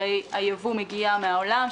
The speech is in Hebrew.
הרי הייבוא מגיע מן העולם,